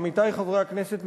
עמיתי חברי הכנסת,